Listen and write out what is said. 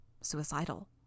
suicidal